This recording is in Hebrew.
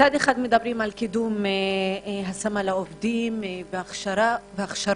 מצד אחד מדברים על קידום השמה לעובדים, הכשרות,